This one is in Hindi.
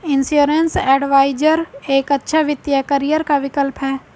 इंश्योरेंस एडवाइजर एक अच्छा वित्तीय करियर का विकल्प है